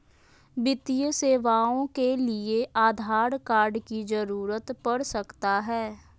वित्तीय सेवाओं के लिए आधार कार्ड की जरूरत पड़ सकता है?